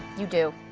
you do.